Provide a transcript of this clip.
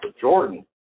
Jordan